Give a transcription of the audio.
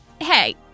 Hey